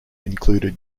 included